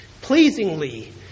pleasingly